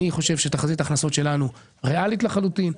אני חושב שתחזית ההכנסות שלנו היא ריאלית לחלוטין.